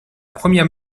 première